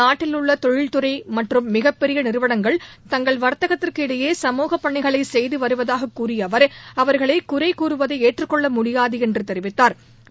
நாட்டில் உள்ள தொழில்துறை மற்றும் மிகப்பெரிய நிறுவனங்கள் தங்கள் வர்த்தகத்திற்கு இடையே சமூகப் பணிகளை செய்து வருவதாக கூறிய அவர் அவர்களை குறை கூறுவதை ஏற்றுகொள்ள முடியாது என்று தெரிவித்தாா்